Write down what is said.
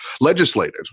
legislated